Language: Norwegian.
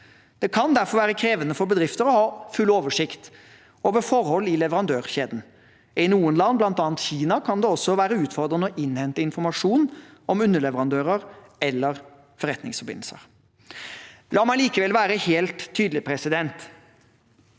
Det kan derfor være krevende for bedrifter å ha full oversikt over forhold i leverandørkjeden. I noen land, bl.a. Kina, kan det også være utfordrende å innhente informasjon om underleverandører eller forretningsforbindelser. La meg likevel være helt tydelig: